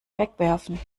wegwerfen